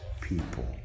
people